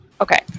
okay